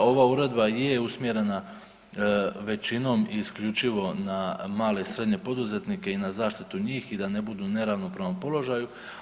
Ova uredba je usmjerena većinom i isključivo na male i srednje poduzetnike i na zaštitu njih i da ne budu u neravnopravnom položaju.